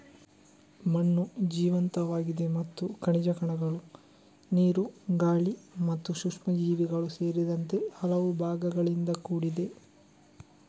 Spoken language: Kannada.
ಮಣ್ಣು ಜೀವಂತವಾಗಿದೆ ಮತ್ತು ಖನಿಜ ಕಣಗಳು, ನೀರು, ಗಾಳಿ ಮತ್ತು ಸೂಕ್ಷ್ಮಜೀವಿಗಳು ಸೇರಿದಂತೆ ಹಲವು ಭಾಗಗಳಿಂದ ಕೂಡಿದೆ